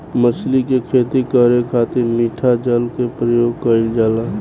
मछली के खेती करे खातिर मिठा जल के प्रयोग कईल जाला